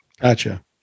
Gotcha